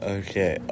okay